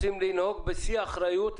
אנחנו רוצים לנהוג בשיא האחריות.